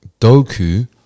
Doku